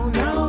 no